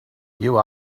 you